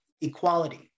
equality